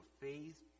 faith